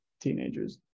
teenagers